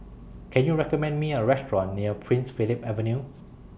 Can YOU recommend Me A Restaurant near Prince Philip Avenue